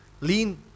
Lean